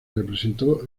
representó